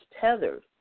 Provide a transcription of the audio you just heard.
tethered